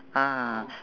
ah